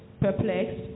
perplexed